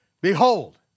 behold